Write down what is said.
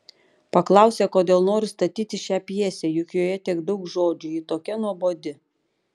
paklausė kodėl noriu statyti šią pjesę juk joje tiek daug žodžių ji tokia nuobodi